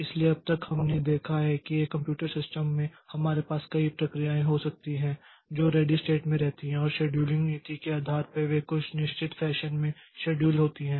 इसलिए अब तक हमने देखा है कि एक कंप्यूटर सिस्टम में हमारे पास कई प्रक्रियाएं हो सकती हैं जो रेडी स्टेट में रहती हैं और शेड्यूलिंग नीति के आधार पर वे कुछ निश्चित फैशन में शेड्यूल होती हैं